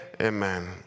Amen